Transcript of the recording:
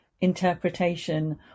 interpretation